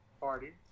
party